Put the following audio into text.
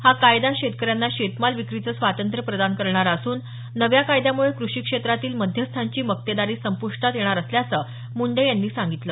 हा कायदा शेतकऱ्यांना शेतमाल विक्रीचं स्वातंत्र्य प्रदान करणारा असून नव्या कायद्यामुळे कृषी क्षेत्रातील मध्यस्थांची मक्तेदारी संप्टात येणार असल्याचं मुंडे यांनी सांगितलं